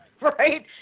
right